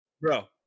Bro